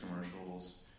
commercials